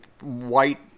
white